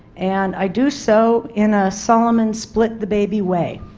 and i do so in a solomon split the baby way.